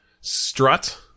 strut